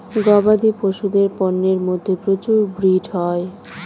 গবাদি পশুদের পন্যের মধ্যে প্রচুর ব্রিড হয়